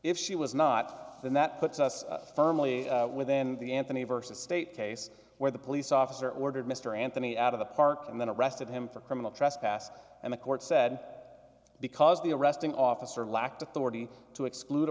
if she was not and that puts us firmly within the anthony versus state case where the police officer ordered mr anthony out of the park and then arrested him for criminal trespass and the court said that because the arresting officer lacked authority to exclude a